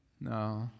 No